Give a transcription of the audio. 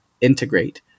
Integrate